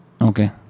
Okay